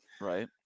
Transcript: Right